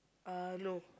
uh no